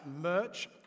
merch